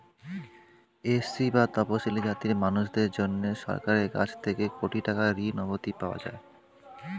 SC বা তফশিলী জাতির মানুষদের জন্যে সরকারের কাছ থেকে কোটি টাকার ঋণ অবধি পাওয়া যায়